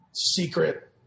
secret